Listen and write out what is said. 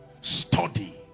Study